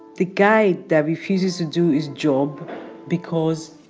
the guy that refuses to do his job because